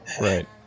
Right